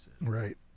right